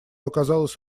оказалось